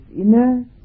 inner